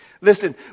Listen